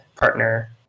partner